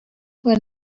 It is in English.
when